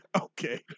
Okay